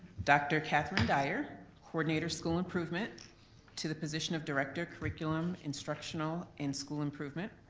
dr. katherine dyer, coordinator school improvement to the position of director curriculum instructional in-school improvement.